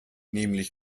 nämlich